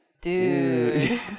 Dude